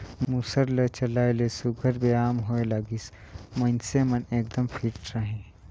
मूसर ल चलाए ले सुग्घर बेयाम होए लागिस, मइनसे मन एकदम फिट रहें